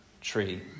tree